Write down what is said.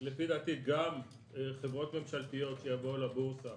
לדעתי גם חברות ממשלתיות שיבואו לבורסה